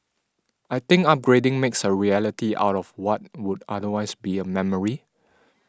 I think upgrading makes a reality out of what would otherwise be a memory